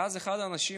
ואז אחד האנשים,